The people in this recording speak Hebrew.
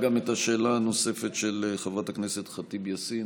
אחר כך גם נשמע את השאלה הנוספת של חברת הכנסת ח'טיב יאסין,